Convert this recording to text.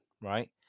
right